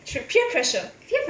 peer pressure